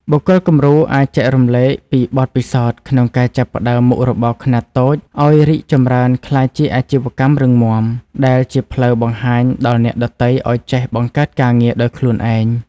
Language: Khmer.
បុគ្គលគំរូអាចចែករំលែកពីបទពិសោធន៍ក្នុងការចាប់ផ្ដើមមុខរបរខ្នាតតូច ឱ្យរីកចម្រើនក្លាយជាអាជីវកម្មរឹងមាំ ដែលជាផ្លូវបង្ហាញដល់អ្នកដទៃឱ្យចេះបង្កើតការងារដោយខ្លួនឯង។